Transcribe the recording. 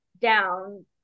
down